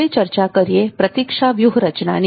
હવે ચર્ચા કરીએ પ્રતીક્ષા વ્યૂહરચનાની